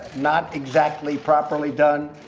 not exactly properly done.